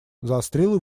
заострил